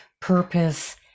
purpose